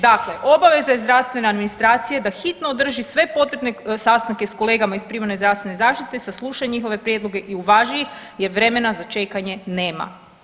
Dakle, obaveza je zdravstvene administracije da hitno održi sve potrebne sastanke s kolegama iz primarne zdravstvene zaštite, sasluša njihove prijedloge i uvaži ih jer vremena za čekanje nema.